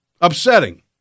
upsetting